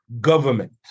government